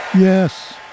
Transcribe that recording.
Yes